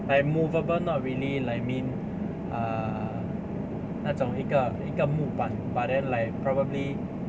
like movable not really like mean err 那种一个一个木板 but then like like probably